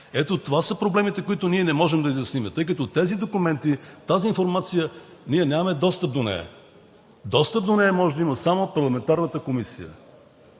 Ето, това са проблемите, които ние не можем да изясним, тъй като тези документи, тази информация, ние нямаме достъп до нея. Достъп до нея може да има само парламентарната комисия.